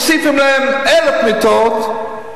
מוסיפים להם 1,000 מיטות,